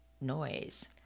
noise